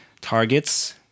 targets